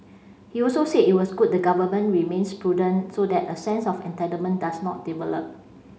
he also said it was good the Government remains prudent so that a sense of entitlement does not develop